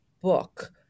book